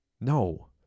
No